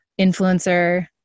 influencer